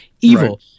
evil